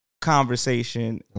conversation